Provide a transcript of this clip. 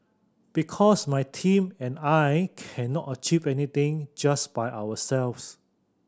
because my team and I cannot achieve anything just by ourselves